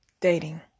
dating